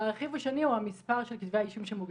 והרכיב השני הוא המספר של כתבי האישום שמוגשים.